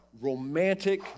romantic